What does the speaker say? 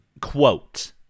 quote